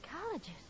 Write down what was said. psychologist